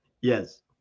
Yes